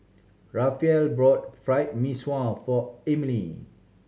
Rafael bought Fried Mee Sua for Ermine